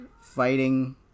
Fighting